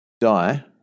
die